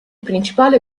principale